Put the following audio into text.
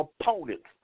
opponents